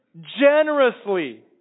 generously